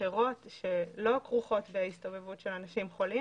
אחרות שלא כרוכות בהסתובבות אנשים חולים